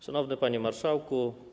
Szanowny Panie Marszałku!